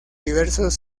diversos